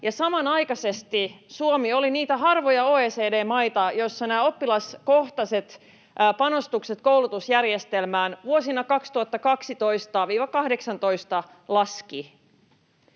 samanaikaisesti Suomi oli niitä harvoja OECD-maita, joissa oppilaskohtaiset panostukset koulutusjärjestelmään vuosina 2012—2018 laskivat.